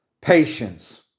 patience